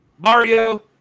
Mario